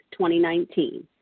2019